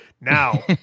Now